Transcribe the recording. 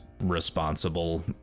responsible